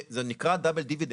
זה נקרא הדיבידנד הכפול (Double Dividend),